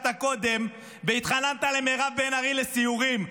קודם והתחננת למירב בן ארי לסיורים,